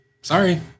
sorry